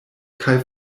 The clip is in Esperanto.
kaj